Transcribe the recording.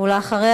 ואחריה,